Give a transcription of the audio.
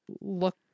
look